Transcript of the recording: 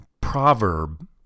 proverb